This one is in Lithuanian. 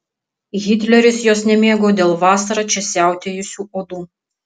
hitleris jos nemėgo dėl vasarą čia siautėjusių uodų